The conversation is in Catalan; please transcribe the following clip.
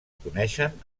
coneixen